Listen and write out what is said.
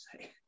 say